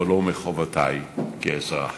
אבל לא מחובותי כאזרח.